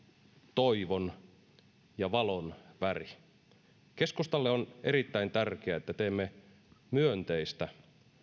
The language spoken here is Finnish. toivon ja valon väri keskustalle on erittäin tärkeää että teemme myönteistä